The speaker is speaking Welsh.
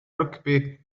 rygbi